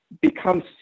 becomes